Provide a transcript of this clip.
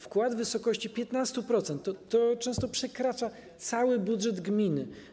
Wkład w wysokości 15% często przekracza cały budżet gminy.